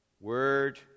word